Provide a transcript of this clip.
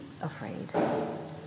afraid